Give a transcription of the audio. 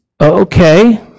Okay